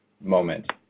moment